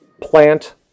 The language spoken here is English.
plant